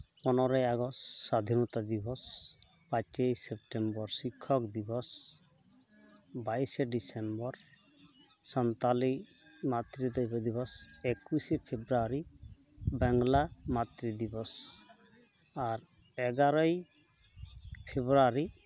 ᱯᱚᱱᱨᱚᱭ ᱟᱜᱚᱥᱴᱚ ᱥᱟᱫᱷᱤᱱᱚᱛᱟ ᱫᱤᱵᱚᱥ ᱯᱟᱸᱪᱮᱭ ᱥᱮᱯᱴᱮᱢᱵᱚᱨ ᱥᱤᱠᱠᱷᱚᱠ ᱫᱤᱵᱚᱥ ᱵᱟᱭᱤᱥᱮ ᱰᱤᱥᱮᱢᱵᱚᱨ ᱥᱟᱱᱛᱟᱞᱤ ᱢᱟᱛᱨᱤ ᱫᱮᱵᱤ ᱫᱤᱵᱚᱥ ᱮᱠᱩᱥᱮ ᱯᱷᱮᱵᱨᱩᱣᱟᱨᱤ ᱵᱟᱝᱞᱟ ᱢᱟᱛᱨᱤ ᱫᱤᱵᱚᱥ ᱟᱨ ᱮᱜᱟᱨᱚᱭ ᱯᱷᱮᱵᱨᱩᱣᱟᱨᱤ